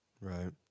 Right